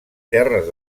terres